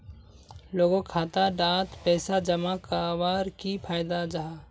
लोगोक खाता डात पैसा जमा कवर की फायदा जाहा?